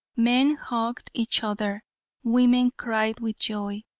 men hugged each other women cried with joy.